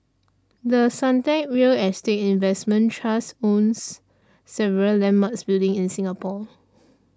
The Suntec real estate investment trust owns several landmark buildings in Singapore